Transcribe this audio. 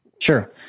Sure